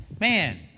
Man